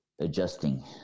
adjusting